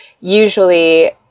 usually